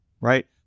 right